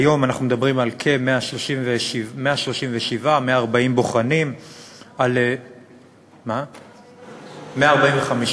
כיום אנחנו מדברים על 137 140. 145. 145,